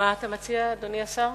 מה אתה מציע, אדוני השר?